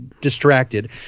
distracted